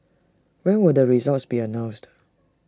when will the results be announced